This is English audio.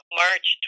march